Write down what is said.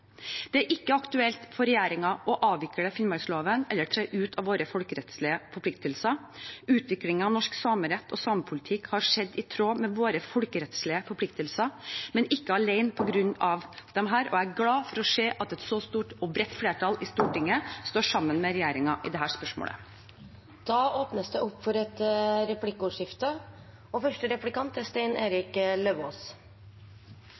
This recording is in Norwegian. er ikke aktuelt for regjeringen å avvikle Finnmarksloven eller tre ut av våre folkerettslige forpliktelser. Utviklingen av norsk samerett og samepolitikk har skjedd i tråd med våre folkerettslige forpliktelser, men ikke alene på grunn av disse. Jeg er glad for å se at et så stort og bredt flertall i Stortinget står sammen med regjeringen i dette spørsmålet. Det blir replikkordskifte. Hva tenker statsråden om at et